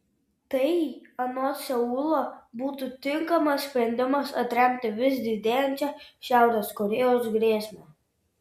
tai anot seulo būtų tinkamas sprendimas atremti vis didėjančią šiaurės korėjos grėsmę